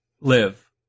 live